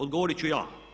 Odgovorit ću ja.